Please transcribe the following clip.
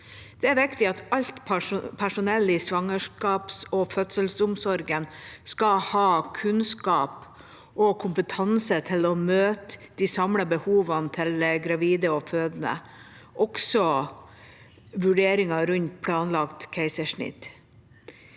alt personell i svangerskaps- og fødselsomsorgen skal ha kunnskap og kompetanse til å møte de samlede behovene til gravide og fødende, også vurderingen rundt planlagt keisersnitt.